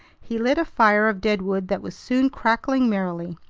he lit a fire of deadwood that was soon crackling merrily.